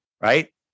right